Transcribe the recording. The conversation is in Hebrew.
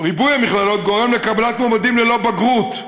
גורם לקבלת מועמדים ללא בגרות,